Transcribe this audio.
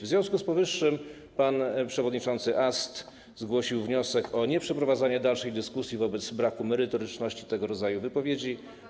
W związku z powyższym pan przewodniczący Ast zgłosił wniosek o nieprzeprowadzanie dalszej dyskusji wobec braku merytoryczności tego rodzaju wypowiedzi.